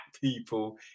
people